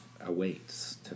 awaits